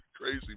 Crazy